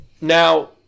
Now